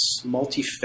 multifaceted